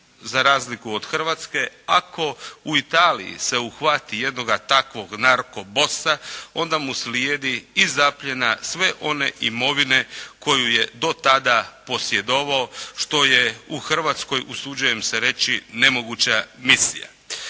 za razliku od Hrvatske ako u Italiji se uhvati jednog takvog narko bossa onda mu slijedi i zapljena sve one imovine koju je do tada posjedovao što je u Hrvatskoj usuđujem se reći, nemoguća misija.